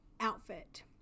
outfit